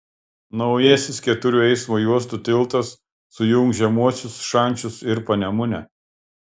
naujasis keturių eismo juostų tiltas sujungs žemuosius šančius ir panemunę